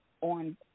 on